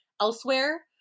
elsewhere